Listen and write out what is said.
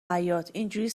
حیاطاینجوری